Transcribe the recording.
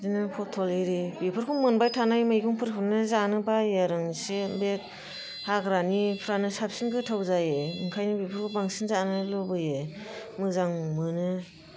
बिदिनो फटल एरि बेफोरखौ मोनबाय थानाय मैगंफोरखौनो जानो बायो आरो आं एसे बे हाग्रानिफ्रानो साबसिन गोथाव जायो बेनिखायनो बेफोरखौ बांसिन जानो लुबैयो मोजां मोनो